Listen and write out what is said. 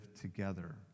together